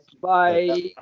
Bye